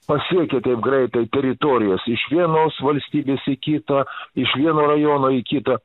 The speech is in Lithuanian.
pasiekia taip greitai teritorijas iš vienos valstybės į kitą iš vieno rajono į kitą